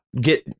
get